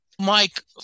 Mike